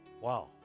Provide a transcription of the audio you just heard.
wow